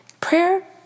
Prayer